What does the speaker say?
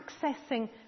accessing